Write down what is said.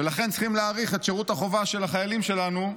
ולכן צריכים להאריך בעוד ארבעה חודשים את שירות החובה של החיילים שלנו,